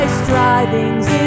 strivings